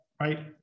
right